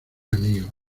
amigo